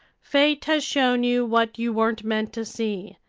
fate has shown you what you weren't meant to see.